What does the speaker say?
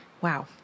Wow